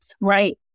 right